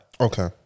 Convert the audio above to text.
Okay